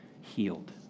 healed